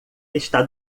está